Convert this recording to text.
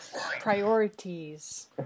priorities